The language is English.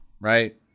right